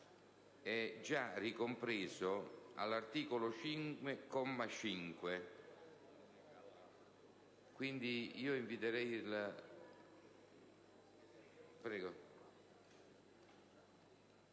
è già compreso nell'articolo 5.